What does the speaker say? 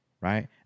right